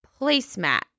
placemat